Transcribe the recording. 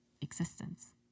existence